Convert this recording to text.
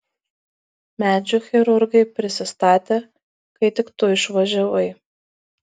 medžių chirurgai prisistatė kai tik tu išvažiavai